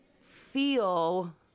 feel